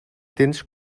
tens